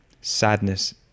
sadness